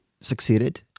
succeeded